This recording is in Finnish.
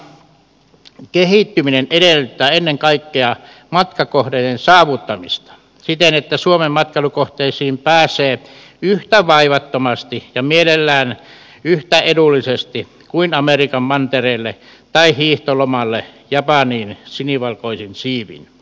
matkailualan kehittyminen edellyttää ennen kaikkea matkakohteen saavuttamista siten että suomen matkailukohteisiin pääsee yhtä vaivattomasti ja mielellään yhtä edullisesti kuin amerikan mantereelle tai hiihtolomalle japaniin sinivalkoisin siivin